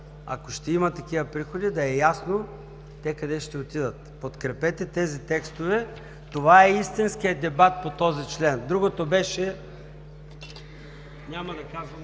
ако ще има такива приходи, да е ясно къде ще отидат. Подкрепете тези текстове. Това е истинският дебат по този член. Другото беше няма да казвам